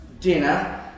dinner